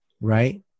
right